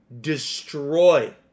destroy